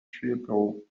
triple